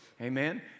amen